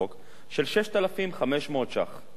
של 6,500 שקלים.